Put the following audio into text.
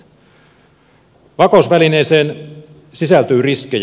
vakausvälineeseen sisältyy riskejä